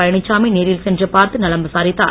பழனிச்சாமி நேரில் சென்று பார்த்து நலம் விசாரித்தார்